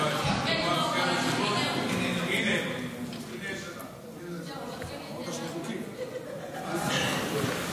התשפ"ג 2023. אני מזמין את יושב-ראש ועדת הבריאות אוריאל בוסו.